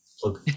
plug